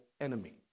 enemy